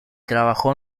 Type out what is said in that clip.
trabajó